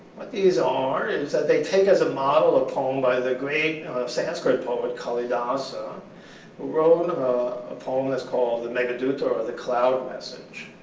what these are and is that they take as a model a poem by the great sanskrit poet kalidasa who wrote a poem that's called the meghaduta, or the cloud message.